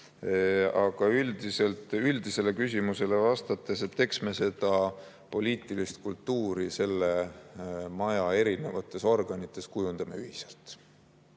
Aga üldisele küsimusele vastates: eks me seda poliitilist kultuuri selle maja erinevates organites kujundame ühiselt.